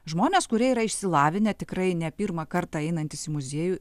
žmonės kurie yra išsilavinę tikrai ne pirmą kartą einantys į muziejų